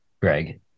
greg